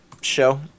show